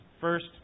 First